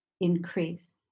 increase